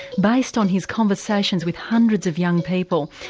based on his conversations with hundreds of young people,